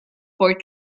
for